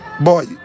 Boy